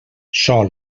sol